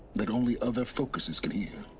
that only other focuses can hear